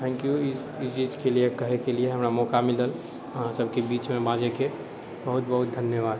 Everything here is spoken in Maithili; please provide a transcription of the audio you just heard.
थेँक यू ई चीजके लिए कहैके लिए हमरा मौका मिलल अहाँ सबके बीचमे बाजैके बहुत बहुत धन्यवाद